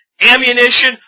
ammunition